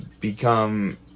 become